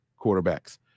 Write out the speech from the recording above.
quarterbacks